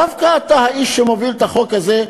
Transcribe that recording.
דווקא אתה האיש שמוביל את החוק הזה.